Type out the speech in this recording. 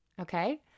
Okay